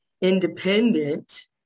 independent